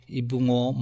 ibungo